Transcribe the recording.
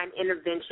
Intervention